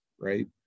right